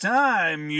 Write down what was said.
time